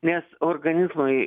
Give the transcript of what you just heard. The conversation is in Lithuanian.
nes organizmui